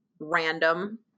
random